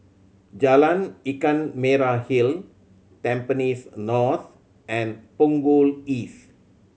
Jalan Ikan Merah Hill Tampines North and Punggol East